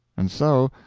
and so,